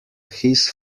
his